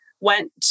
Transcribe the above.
went